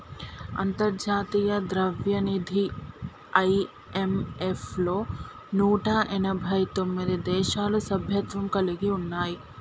అంతర్జాతీయ ద్రవ్యనిధి ఐ.ఎం.ఎఫ్ లో నూట ఎనభై తొమ్మిది దేశాలు సభ్యత్వం కలిగి ఉన్నాయి